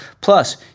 Plus